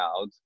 out